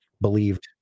believed